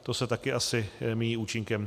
To se taky asi míjí účinkem.